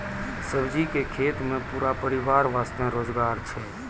सब्जी के खेतों मॅ पूरा परिवार वास्तॅ रोजगार छै